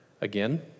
again